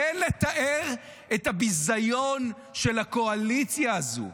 אין לתאר את הביזיון של הקואליציה הזו.